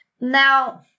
Now